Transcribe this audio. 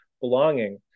belonging